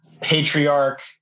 patriarch